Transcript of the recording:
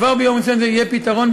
כבר ביום ראשון הזה יהיה פתרון,